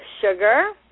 sugar